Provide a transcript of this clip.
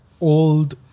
old